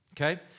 Okay